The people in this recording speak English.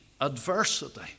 adversity